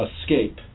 Escape